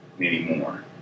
anymore